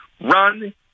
run